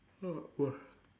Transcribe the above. ah why